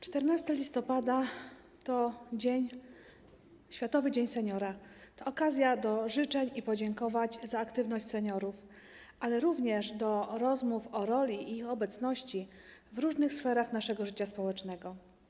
14 listopada to Światowy Dzień Seniora, okazja do życzeń i podziękowań za aktywność seniorów, ale również do rozmów o ich roli i ich obecności w różnych sferach naszego życia społecznego.